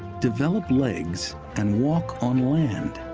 develop legs and walk on land.